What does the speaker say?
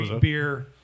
beer